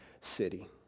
city